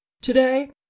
Today